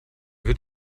wird